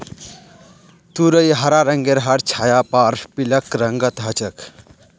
तुरई हरा रंगेर हर छाया आर पीलक रंगत ह छेक